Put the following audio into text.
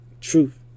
truth